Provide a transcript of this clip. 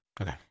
Okay